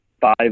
five